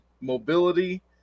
Mobility